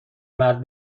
مرد